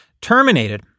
terminated